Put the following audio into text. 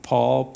Paul